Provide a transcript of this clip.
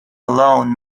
alone